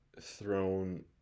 thrown